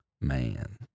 man